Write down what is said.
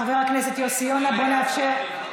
חבר הכנסת יוסי יונה, בוא נאפשר.